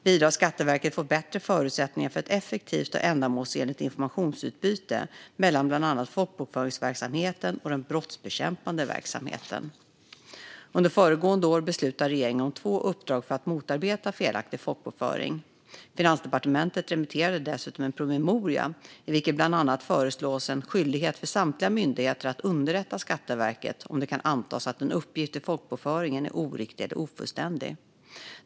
Vidare har Skatteverket fått bättre förutsättningar för ett effektivt och ändamålsenligt informationsutbyte mellan bland annat folkbokföringsverksamheten och den brottsbekämpande verksamheten. Under föregående år beslutade regeringen om två uppdrag för att motarbeta felaktig folkbokföring. Finansdepartementet remitterade dessutom en promemoria i vilken bland annat föreslås en skyldighet för samtliga myndigheter att underrätta Skatteverket om det kan antas att en uppgift i folkbokföringen är oriktig eller ofullständig.